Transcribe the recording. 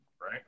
Right